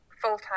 full-time